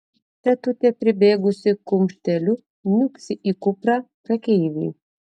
tetutė pribėgusi kumšteliu niūksi į kuprą prekeiviui